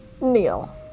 Neil